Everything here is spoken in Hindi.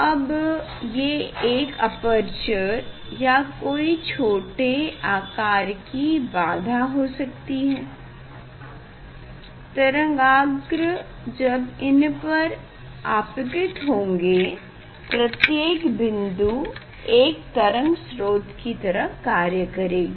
अब ये एक अपरचर या कोई छोटे आकार की बाधा हो सकती है तरंगाग्र जब इन पर आपतित होंगें प्रत्येक बिन्दु एक तरंग स्रोत की तरह कार्य करेगी